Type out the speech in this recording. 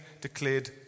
declared